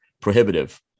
prohibitive